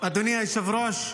אדוני היושב-ראש,